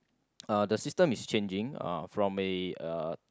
uh the system is changing uh from a uh